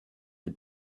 the